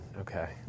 okay